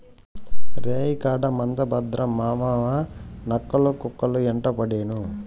రేయికాడ మంద భద్రం మావావా, నక్కలు, కుక్కలు యెంటపడేను